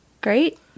Great